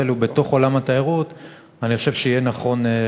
אנחנו עוברים,